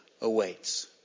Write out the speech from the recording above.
awaits